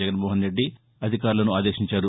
జగన్మోహన్రెడ్డి అధికారులను ఆదేశించారు